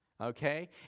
okay